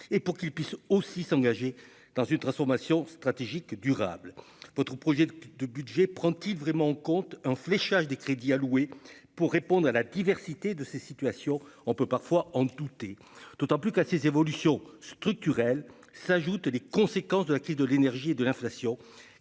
et pour qu'il puisse aussi s'engager dans une transformation stratégique durable votre projet de budget prend-il vraiment compte un fléchage des crédits alloués pour répondre à la diversité de ces situations on peut parfois en douter d'autant plus qu'à ces évolutions structurelles s'ajoutent les conséquences de la crise de l'énergie et de l'inflation